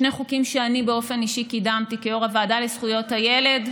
שני חוקים שאני באופן אישי קידמתי כיו"ר הוועדה לזכויות הילד,